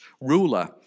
ruler